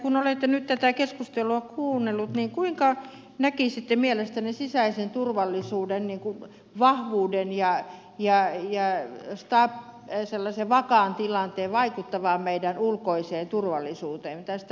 kun olette nyt tätä keskustelua kuunnellut niin kuinka näkisitte mielestänne sisäisen turvallisuuden vahvuuden ja sellaisen vakaan tilanteen vaikuttavan meidän ulkoiseen turvallisuuteemme